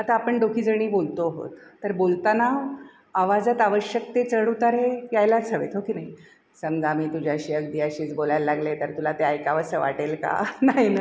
आता आपण दोखी जणी बोलतो आहोत तर बोलताना आवाजात आवश्यक ते चढ उतार हे यायलाच हवे आहेत हो की नाही समजा मी तुझ्याशी अगदी अशीच बोलायला लागले तर तुला ते ऐकावंसं वाटेल का नाही ना